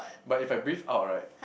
but if I breathe out right